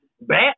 Bat